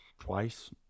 Twice